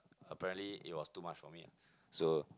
apparently it was too much for me so